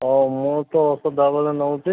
ହଁ ମୁଁ ତ ସଦାବେଳେ ନେଉଛି